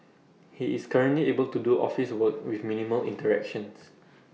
he is currently able to do office work with minimal interactions